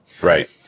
Right